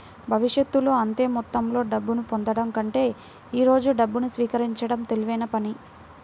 భవిష్యత్తులో అంతే మొత్తంలో డబ్బును పొందడం కంటే ఈ రోజు డబ్బును స్వీకరించడం తెలివైన పని